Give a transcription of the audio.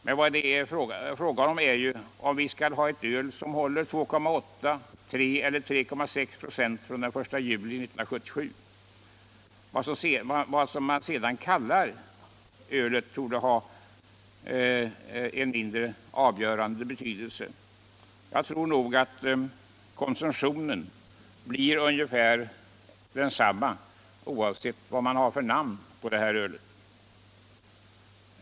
Men vad det är fråga om är ju om vi skall ha ett öl som håller 2,8, 3,0 eller 3,6 viktprocent från den 1 juli 1977. Vad man sedan kallar ölet torde vara av mindre betydelse. Jag tror nog att konsumtionen blir ungefär densamma oavsett vad man har för namn på det här ölet.